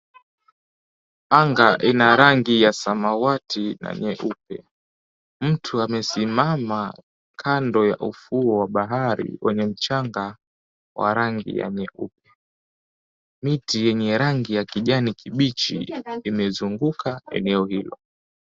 Anga ina rangi ya samawati na nyeupe. Mtu amesimama kando ya ufuo wa bahari wenye mchanga wa rangi ya nyeupe. Miti yenye rangi ya kijani kibichi imezunguka eneo hilo.